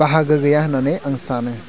बाहागो गैया होननानै आं सानो